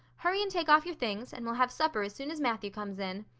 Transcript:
hurry and take off your things, and we'll have supper as soon as matthew comes in.